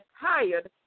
tired